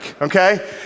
okay